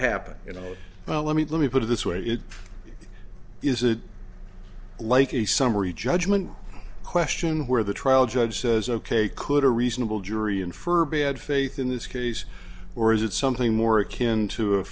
happened you know well let me let me put it this way it it is like a summary judgment question where the trial judge says ok could a reasonable jury infer bad faith in this case or is it something more akin to a